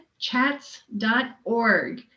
Chats.org